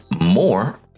more